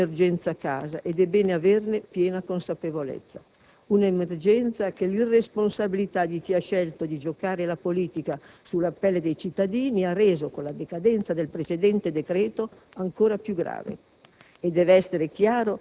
Siamo di fronte dunque ad una emergenza casa, ed è bene averne piena consapevolezza. Una emergenza che l'irresponsabilità di chi ha scelto di giocare la politica sulla pelle dei cittadini ha reso, con la decadenza del precedente decreto, ancora più grave.